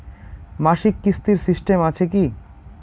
মাসিক কিস্তির সিস্টেম আছে কি?